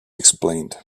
explained